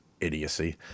idiocy